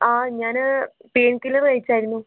ആ ഞാന് pain killer കഴിച്ചായിരുന്നു